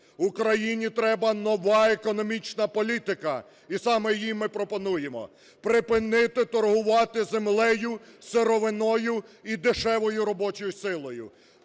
Україні треба нова економічна політика, і саме її ми пропонуємо. Припинити торгувати землею, сировиною і дешевою робочою силою.